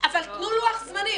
אבל תנו לוח זמנים.